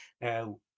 Now